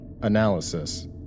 Analysis